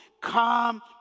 Come